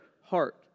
heart